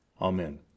Amen